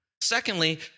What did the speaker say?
Secondly